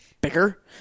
bigger